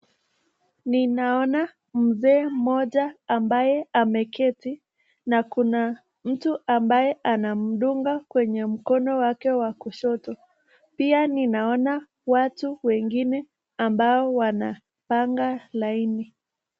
Ninaona mzee mmoja ambaye ameketi na kuna mtu ambaye anamdunga kwenye mkono wake wakushoto. Pia ninaona watu wengine ambao wanapaga laini.